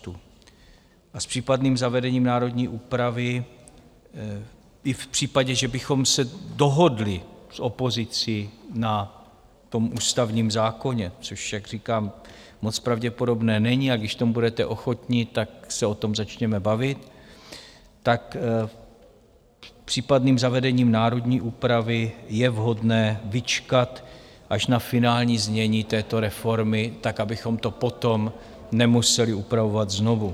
S případným zavedením národní úpravy, i v případě, že bychom se dohodli s opozicí na tom ústavním zákoně což, jak říkám, moc pravděpodobné není, ale když k tomu budete ochotni, tak se o tom začneme bavit tak s případným zavedením národní úpravy je vhodné vyčkat až na finální znění této reformy, abychom to potom nemuseli opravovat znovu.